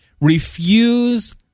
Refuse